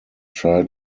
try